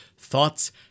Thoughts